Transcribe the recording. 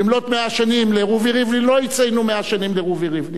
במלאות 100 שנים לרובי ריבלין לא יציינו 100 שנים לרובי ריבלין.